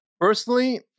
personally